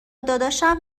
داداشم